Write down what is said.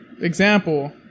example